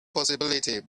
possibility